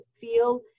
feel